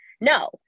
No